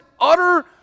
utter